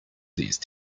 these